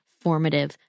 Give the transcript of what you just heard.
formative